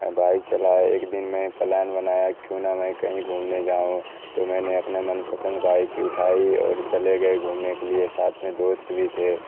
bike چلایا ایک دن میں پلان بنایا کیوں نہ میں کہیں گھومنے جاؤں تو میں نے اپنا من پسند بائک اٹھائی اور چلے گئے گھومنے کے لیے ساتھ میں دوست بھی تھے